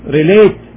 relate